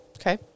Okay